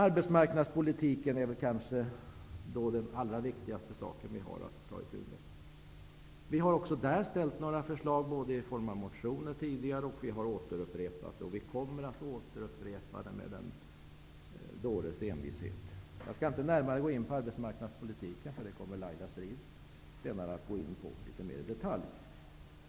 Arbetsmarknadspolitiken är kanske den allra viktigaste fråga som vi har att ta itu med. Vi i Ny demokrati har också där tidigare framfört några förslag i motioner. Vi har återupprepat dem, och vi kommer att återupprepa dem med en dåres envishet. Jag skall inte närmare gå in på arbetsmarknadspolitiken. Den kommer Laila Strid-Jansson senare att gå in på litet mer i detalj.